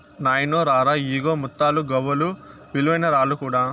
నాయినో రా రా, ఇయ్యిగో ముత్తాలు, గవ్వలు, విలువైన రాళ్ళు కూడా